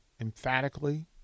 emphatically